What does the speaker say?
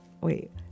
Wait